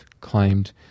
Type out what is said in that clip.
claimed